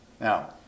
Now